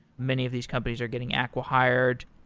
many of these companies are getting acqui-hired.